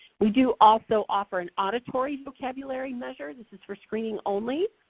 we do also offer an auditory vocabulary measure. this is for screening only.